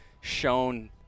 shown –